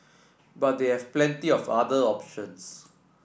but they have plenty of other options